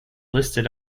listed